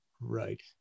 Right